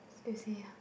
they will say